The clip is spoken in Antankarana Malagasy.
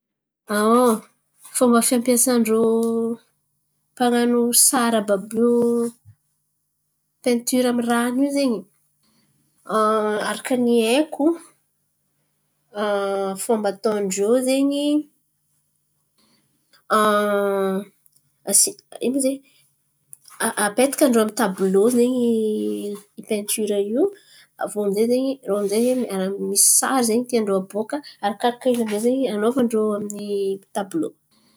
Fômba fampiasan-drô mpan̈ano sary àby àby io paintira amy rano in̈y zen̈y. Araka ny haiko, fômba ataondrô zen̈y. Asy ino ma izy in̈y? Apetakan-drô amy tabilô zen̈y i paintira io. Aviô aminjay zen̈y irô aminjay zen̈y misy sary zen̈y tiandrô aboaka arakaraka in̈y amy zay zen̈y an̈anaovan-drô amin'ny tabilô.